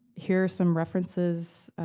here are some references.